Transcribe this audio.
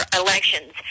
elections